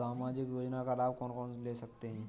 सामाजिक योजना का लाभ कौन कौन ले सकता है?